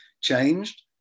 changed